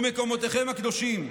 ומקומותיכם הקדושים.